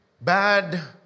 bad